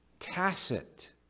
tacit